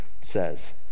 says